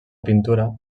pintura